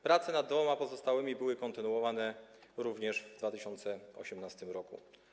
Prace nad dwoma pozostałymi były kontynuowane również w 2018 r.